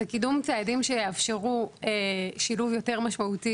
וקידום צעדים שיאפשרו שילוב יותר משמעותי